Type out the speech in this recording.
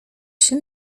się